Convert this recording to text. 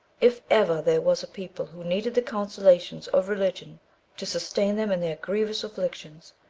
if ever there was a people who needed the consolations of religion to sustain them in their grievous afflictions,